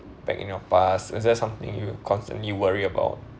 back in your past is there something you constantly worry about